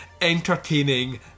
entertaining